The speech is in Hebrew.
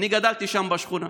אני גדלתי שם בשכונה.